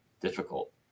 difficult